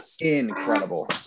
incredible